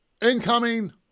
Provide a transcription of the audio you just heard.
Incoming